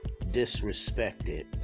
disrespected